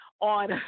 on